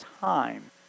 time